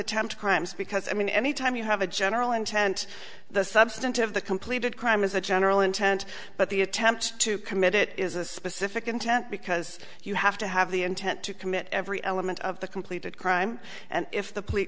attempt crimes because i mean anytime you have a general intent the substantive the completed crime as a general intent but the attempt to commit it is a specific intent because you have to have the intent to commit every element of the completed crime and if the police